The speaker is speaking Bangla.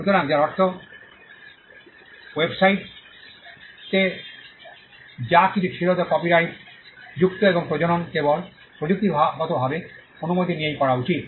সুতরাং যার অর্থ ওয়েবসাইটে যা কিছু ছিল তা কপিরাইটযুক্ত এবং প্রজনন কেবল প্রযুক্তিগতভাবে অনুমতি নিয়েই করা উচিত